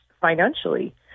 financially